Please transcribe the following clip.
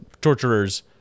torturers